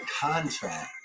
contract